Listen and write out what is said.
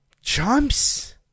Chumps